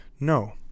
No